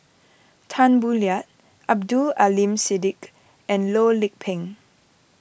Tan Boo Liat Abdul Aleem Siddique and Loh Lik Peng